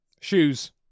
Shoes